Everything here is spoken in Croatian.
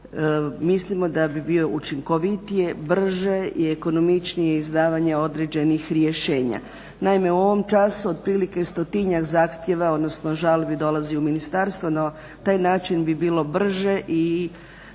mislimo da bi bio učinkovitije, brže i ekonomičnije izdavanje određenih rješenja. Naime u ovom času otprilike stotinjak zahtjeva, odnosno žalbi dolazi u ministarstvo, na taj način bi bilo brže i